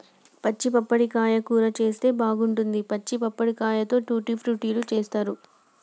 పచ్చి పప్పడకాయ కూర చేస్తే బాగుంటది, పచ్చి పప్పడకాయతో ట్యూటీ ఫ్రూటీ లు తయారు చేస్తారు